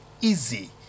easy